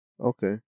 Okay